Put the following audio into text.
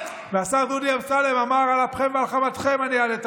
והשר דודי אמסלם אמר: על אפכם ועל חמתכם אני אעלה את